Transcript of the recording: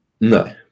No